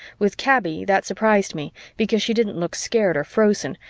with kaby, that surprised me, because she didn't look scared or frozen,